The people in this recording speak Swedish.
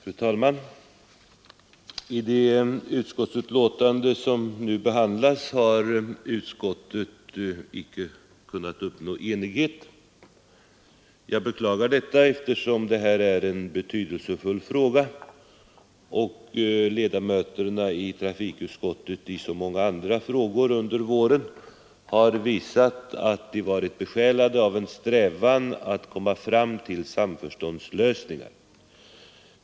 Fru talman! I det utskottsbetänkande som nu behandlas har utskottet icke kunnat uppnå enighet. Jag beklagar detta eftersom det här är en betydelsefull fråga och ledamöterna i trafikutskottet i så många andra frågor under våren har visat att de varit besjälade av en strävan att komma fram till samförståndslösningar.